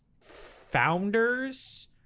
Founders